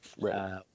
Right